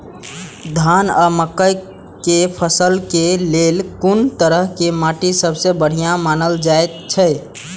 धान आ मक्का के फसल के लेल कुन तरह के माटी सबसे बढ़िया मानल जाऐत अछि?